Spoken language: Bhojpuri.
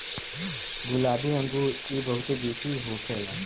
गुलाबी अंगूर इ बहुते जूसी होखेला